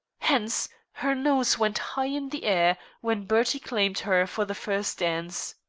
hence her nose went high in the air when bertie claimed her for the first dance.